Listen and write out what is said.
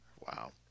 Wow